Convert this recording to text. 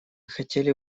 хотели